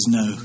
no